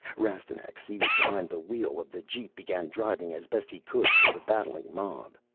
rastignac, seated behind the wheel of the jeep, began driving as best he could through the battling mob.